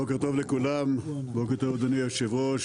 בוקר טוב לכולם, בוקר טוב אדוני היושב-ראש,